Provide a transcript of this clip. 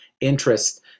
interest